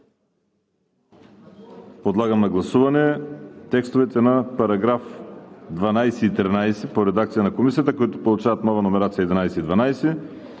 Подлагам на гласуване текстовете на параграфи 12 и 13 в редакция на Комисията, които получават нова номерация 11 и 12;